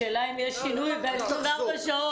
השאלה אם יש שינוי בעמדה ב-24 שעות.